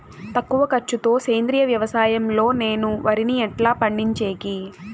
తక్కువ ఖర్చు తో సేంద్రియ వ్యవసాయం లో నేను వరిని ఎట్లా పండించేకి?